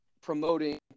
promoting